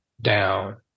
down